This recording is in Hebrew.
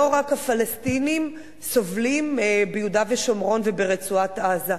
לא רק הפלסטינים סובלים ביהודה ושומרון וברצועת-עזה.